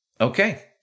Okay